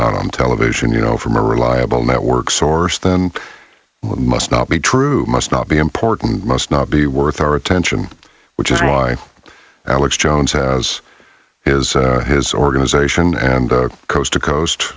not on television you know from a reliable network source then what must not be true must not be important must not be worth our attention which is why alex jones has is his organization and coast to coast